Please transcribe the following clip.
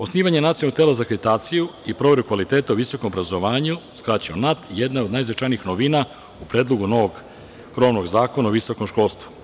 Osnivanje nacionalnog tela za akreditaciju i proveru kvaliteta o visokom obrazovanju skraćeno „NAT“ jedna je od najznačajnijih novina u predlogu novog krovnog zakona o visokom školstvu.